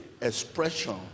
expression